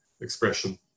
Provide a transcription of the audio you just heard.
expression